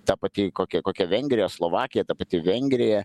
ta pati kokia kokia vengrija slovakija ta pati vengrija